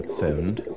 phoned